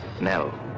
Nell